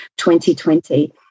2020